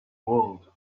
world